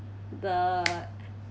the